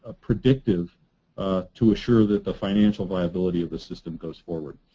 ah predictive to assure that the financial viability of the system goes forward.